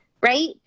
Right